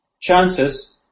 chances